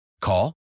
Call